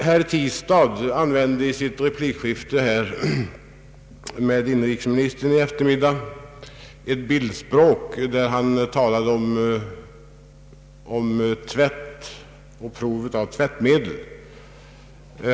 Herr Tistad använde i sitt replikskifte med inrikesministern ett bildspråk, där han talade om tvätt och prov av tvättmedel.